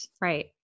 Right